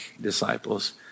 disciples